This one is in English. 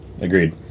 agreed